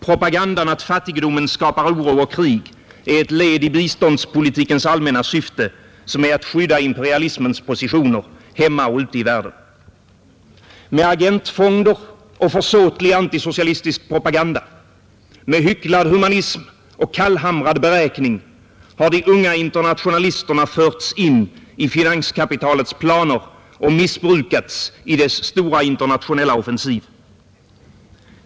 Propagandan att fattigdomen skapar oro och krig är ett led i biståndspolitikens allmänna syfte, som är att skydda imperialismens positioner hemma och ute i världen. Med agentfonder och försåtlig antisocialistisk propaganda, med hycklad humanism och kallhamrad beräkning har de unga internationalisterna förts in i finanskapitalets planer och missbrukats i dess stora internationella offensiv.